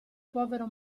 povero